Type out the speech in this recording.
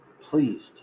pleased